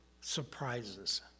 surprises